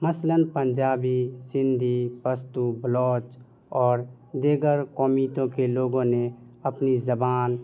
مثلاً پنجابی سندھی پشتو بلوچ اور دیگر قومیتوں کے لوگوں نے اپنی زبان